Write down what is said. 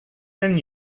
then